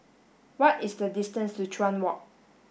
what is the distance to Chuan Walk